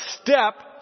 step